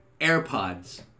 AirPods